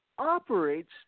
operates